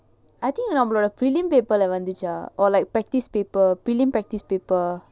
I think நம்மலோட:nammaloda prelim paper வந்திச்சா:vanthicha or like practice paper prelim practice paper